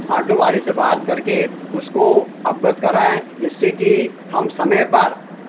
auto वाले से बात करके उसको अवगत कराएँ जिससे कि हम समय पर